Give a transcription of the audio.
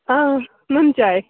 نُن چاے